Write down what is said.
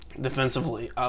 defensively